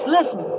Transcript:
Listen